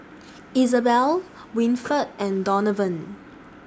Isabel Winford and Donavon